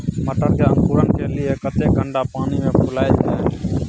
मटर के अंकुरण के लिए कतेक घंटा पानी मे फुलाईल जाय?